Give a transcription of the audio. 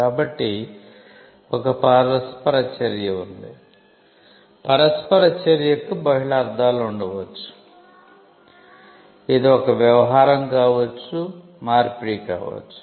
కాబట్టి ఒక పరస్పర చర్య ఉంది పరస్పర చర్యకు బహుళ అర్థాలు ఉండవచ్చు ఇది ఒక వ్యవహారం కావచ్చు ఇది మార్పిడి కావచ్చు